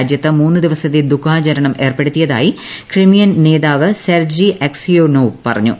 രാജ്യത്ത് മൂന്ന് ദിവസത്തെ ദുഃഖാചരണം ഏർപ്പെടുത്തിയതായി ക്രിമിയൻ നേതാവ് സെർജി അക്സ്യോനോവ് പറഞ്ഞു